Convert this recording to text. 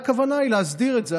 הכוונה היא להסדיר את זה.